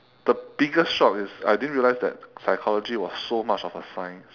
the biggest shock is I didn't realize that psychology was so much of a science